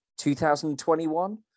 2021